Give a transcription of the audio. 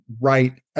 right